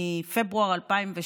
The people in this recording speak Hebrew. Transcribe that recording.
מפברואר 2012,